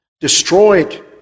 destroyed